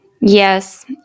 Yes